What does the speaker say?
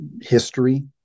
history